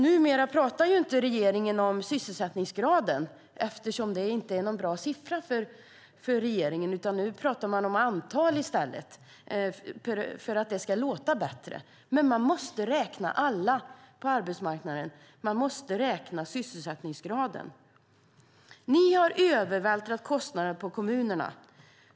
Numera pratar regeringen inte om sysselsättningsgrad eftersom det inte är någon bra siffra för regeringen. Nu pratar man om antal i stället, för att det ska låta bättre. Men man måste räkna alla på arbetsmarknaden. Man måste räkna sysselsättningsgraden. Ni har övervältrat kostnaden på kommunerna.